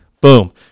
Boom